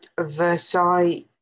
Versailles